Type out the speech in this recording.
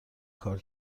کار